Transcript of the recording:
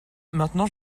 maintenant